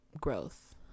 growth